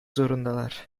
zorundalar